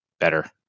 better